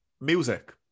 music